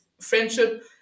friendship